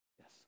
Yes